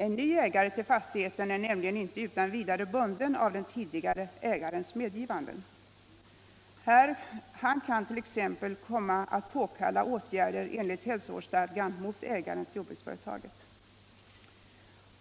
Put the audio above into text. En ny ägare till fastigheten är nämligen inte utan vidare bunden av den tidigare ägarens medgivanden. Han kan t.ex. komma att påkalla åtgärder enligt hälsovårdsstadgan mot ägaren till jordbruksföretaget.